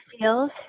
feels